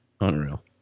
Unreal